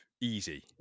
Easy